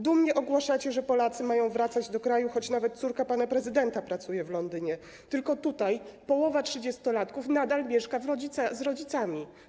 Dumnie ogłaszacie, że Polacy mają wracać do kraju, choć nawet córka pana prezydenta pracuje w Londynie, tylko że tutaj połowa trzydziestolatków nadal mieszka z rodzicami.